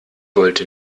wollte